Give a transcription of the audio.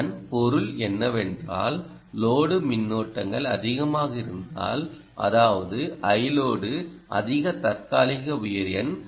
இதன் பொருள் என்னவென்றால் லோடு மின்னோட்டங்கள் அதிகமாக இருந்தால் அதாவது Iload அதிக தற்காலிக உயர் எண்